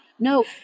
No